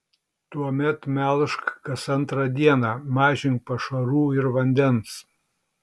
tuomet melžk kas antrą dieną mažink pašarų ir vandens